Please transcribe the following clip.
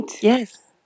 Yes